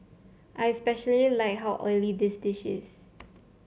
I especially like how oily the dish is